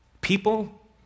People